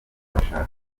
bashaka